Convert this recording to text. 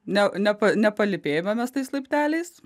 ne nepa nepalypėjome mes tais laipteliais